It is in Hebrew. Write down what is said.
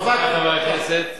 רבותי חברי הכנסת,